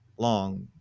long